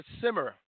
simmer